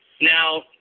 Now